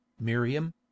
Miriam